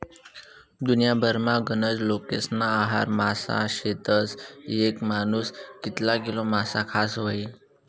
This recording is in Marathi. दुन्याभरमा गनज लोकेस्ना आहार मासा शेतस, येक मानूस कितला किलो मासा खास व्हयी?